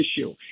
issue